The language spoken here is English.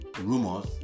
rumors